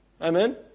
Amen